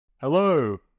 Hello